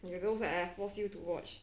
有 those like I forced you to watch